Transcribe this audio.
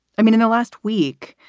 i mean, in the last week,